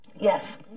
Yes